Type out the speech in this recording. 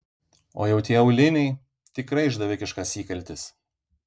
o jau tie auliniai tikrai išdavikiškas įkaltis